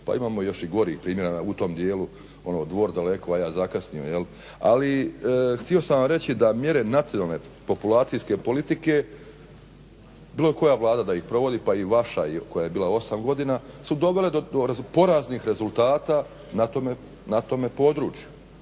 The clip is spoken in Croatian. pa imamo još i gorih primjera u tom dijelu, Dvor daleko, valjda zakasnio ali htio sam vam reći da mjere nacionalne populacijske politike bilo koja Vlada da ih provodi pa i vaša koja je bila 8 godina su dovele do poraznih rezultata na tome području.